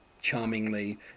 charmingly